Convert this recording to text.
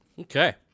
Okay